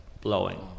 blowing